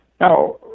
Now